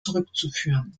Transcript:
zurückzuführen